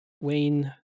Wayne